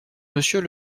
monsieur